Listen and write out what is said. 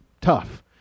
tough